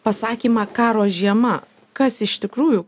pasakymą karo žiema kas iš tikrųjų